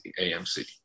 AMC